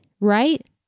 right